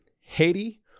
Haiti